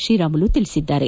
ಶ್ರೀರಾಮುಲು ತಿಳಿಸಿದ್ದಾರೆ